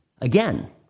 Again